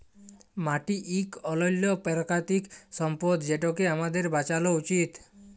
মাটি ইক অলল্য পেরাকিতিক সম্পদ যেটকে আমাদের বাঁচালো উচিত